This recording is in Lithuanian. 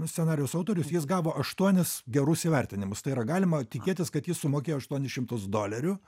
scenarijaus autorius jis gavo aštuonis gerus įvertinimus tai yra galima tikėtis kad jis sumokėjo aštuonis šimtus dolerių